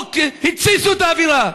התסיסו את האווירה.